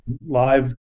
live